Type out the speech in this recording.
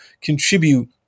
contribute